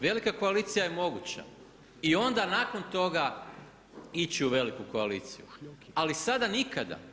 Velika koalicija je moguće i onda nakon toga ići u veliku koaliciju, ali sada nikada.